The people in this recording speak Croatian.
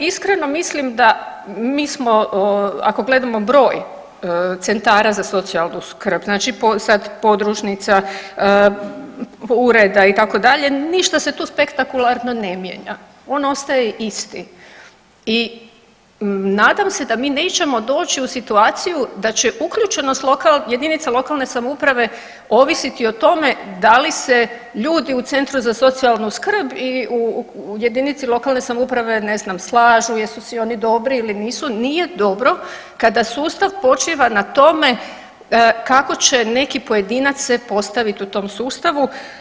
Iskreno, mislim da, mi smo, ako gledamo broj centara za socijalnu skrb, znači sad podružnica, ureda, itd., ništa se tu spektakularno ne mijenja, on ostaje isti i nadam se da mi nećemo doći u situaciju da će uključenost jedinica lokalne samouprave ovisiti o tome da li se ljudi u centru za socijalnu skrb i u jedinici lokalne samouprave, ne znam, slažu, jesu si oni dobri ili nisu, nije dobro kada sustav počiva na tome kakao će neki pojedinac se postaviti u tom sustavu.